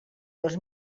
dos